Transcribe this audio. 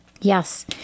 Yes